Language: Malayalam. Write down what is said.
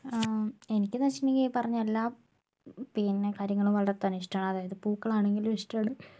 എനിക്ക് എന്ന് വച്ചിട്ടുണ്ടെങ്കിൽ ഈ പറഞ്ഞ എല്ലാ പിന്നെ കാര്യങ്ങളും വളരെ തന്നെ ഇഷ്ടമാണ് അതായത് പൂക്കൾ ആണെങ്കിലും ഇഷ്ടമാണ്